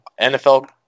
nfl